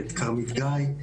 ואת כרמית גיא,